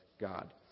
God